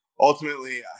ultimately